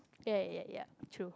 ya ya ya true